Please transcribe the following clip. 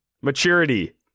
maturity